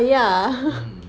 mm